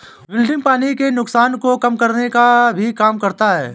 wilting पानी के नुकसान को कम करने का भी काम करता है